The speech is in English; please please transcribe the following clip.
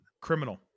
Criminal